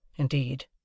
Indeed